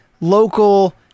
local